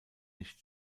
nicht